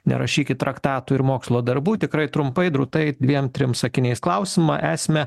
nerašykit traktatų ir mokslo darbų tikrai trumpai drūtai dviem trim sakiniais klausimo esmę